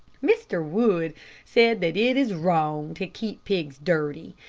mr. wood said that it is wrong to keep pigs dirty.